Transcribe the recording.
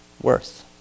worth